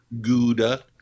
Gouda